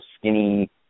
skinny